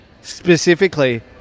specifically